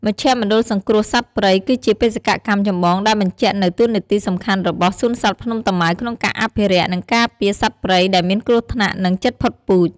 មជ្ឈមណ្ឌលសង្គ្រោះសត្វព្រៃ គឺជាបេសកកម្មចម្បងដែលបញ្ចាក់នូវតួនាទីសំខាន់របស់សួនសត្វភ្នំតាម៉ៅក្នុងការអភិរក្ស និងការពារសត្វព្រៃដែលមានគ្រោះថ្នាក់ និងជិតផុតពូជ។